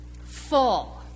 full